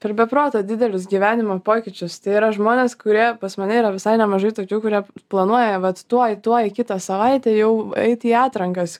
per be proto didelius gyvenimo pokyčius tai yra žmonės kurie pas mane yra visai nemažai tokių kurie planuoja vat tuoj tuoj kitą savaitę jau eit į atrankas